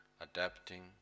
adapting